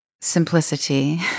simplicity